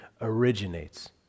originates